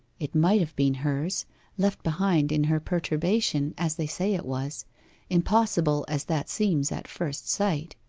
it might have been hers left behind in her perturbation, as they say it was impossible as that seems at first sight.